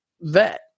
vet